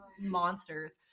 monsters